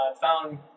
found